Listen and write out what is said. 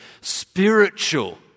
spiritual